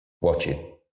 watching